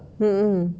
mm mm